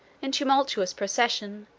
in tumultuous procession,